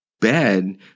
bed